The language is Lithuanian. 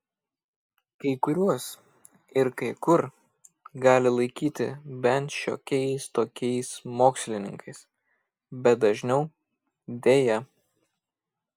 kai kuriuos ir kai kur gali laikyti bent šiokiais tokiais mokslininkais bet dažniau deja